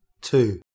two